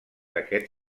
aquest